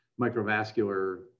microvascular